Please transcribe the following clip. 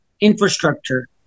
infrastructure